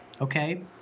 Okay